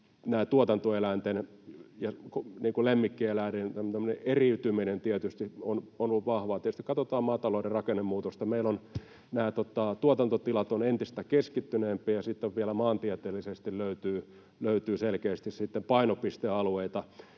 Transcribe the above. tuotantoeläinten ja lemmikkieläinten tämmöinen eriytyminen on ollut vahvaa. Tietysti katsotaan maatalouden rakennemuutosta. Meillä ovat nämä tuotantotilat entistä keskittyneempiä, ja sitten vielä maantieteellisesti löytyy selkeästi painopistealueita,